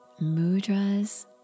Mudras